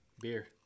Beer